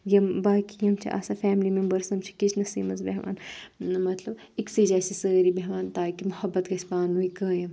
یِم باقٕے یِم چھِ آسان فیملی میٚمبٲرٕز تِم چھِ کِچنَسٕے منز بیٚہوان مطلب ٲکسٕے جایہِ چھِ سٲری بیٚہوان تاکہِ محبت گژھِ پانہٕ ؤنۍ قٲیِم